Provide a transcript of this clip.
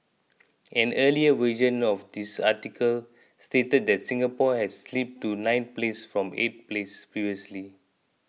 an earlier version of this article stated that Singapore had slipped to ninth place from eighth place previously